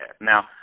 Now